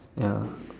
ya